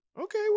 Okay